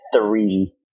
three